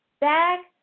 back